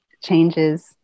changes